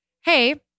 Hey